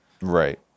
Right